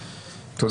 תודה.